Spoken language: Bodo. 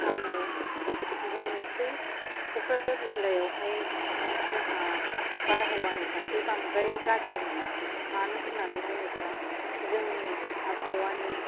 आङो बुंनोसै क'क्राझार जिल्लायाव हाय जोंहा बारहावानि फारसे बांद्राय गाज्रि नङा मानो होन्नानै बुङोब्ला जोंनि आबहावानि